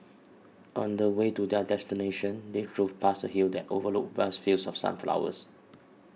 on the way to their destination they drove past a hill that overlooked vast fields of sunflowers